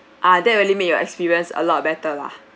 ah that really made your experience a lot better lah